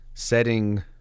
setting